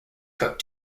cooked